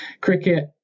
cricket